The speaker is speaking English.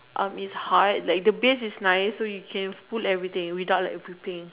um is hard like the base is nice so you can pull everything without like dripping